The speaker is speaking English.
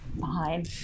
Fine